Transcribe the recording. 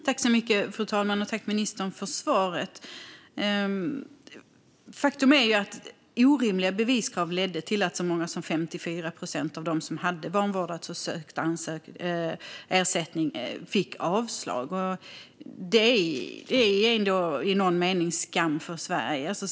Fru talman! Tack, ministern, för svaret! Faktum är att orimliga beviskrav ledde till att så många som 54 procent av dem som hade vanvårdats och ansökt om ersättning fick avslag. Detta är i någon mening en skam för Sverige.